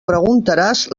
preguntaràs